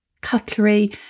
cutlery